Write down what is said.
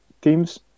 teams